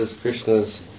Krishna's